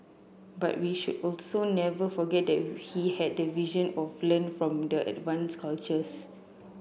but we should also never forget that he had the vision of learn from the advanced cultures